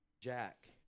Jack